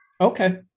Okay